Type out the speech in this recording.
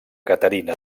caterina